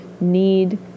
need